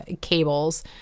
cables